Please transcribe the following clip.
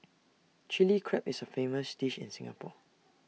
Chilli Crab is A famous dish in Singapore